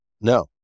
No